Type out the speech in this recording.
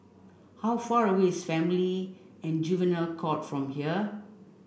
how far away is Family and Juvenile Court from here